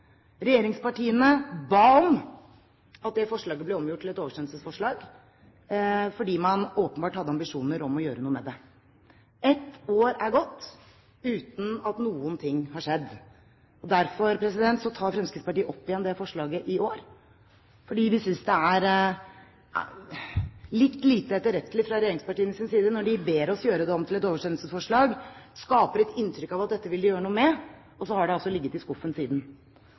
Regjeringspartiene ba om at det forslaget ble omgjort til et oversendelsesforslag, fordi man åpenbart hadde ambisjoner om å gjøre noe med det. Ett år er gått uten at noen ting har skjedd. Derfor tar Fremskrittspartiet opp igjen det forslaget i år fordi vi synes det er litt lite etterrettelig fra regjeringspartienes side når de ber oss gjøre det om til et oversendelsesforslag, skaper et inntrykk av at dette vil de gjøre noe med, og så har det altså ligget i skuffen siden.